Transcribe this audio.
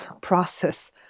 process